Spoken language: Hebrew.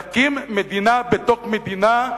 להקים מדינה בתוך מדינה,